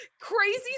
crazy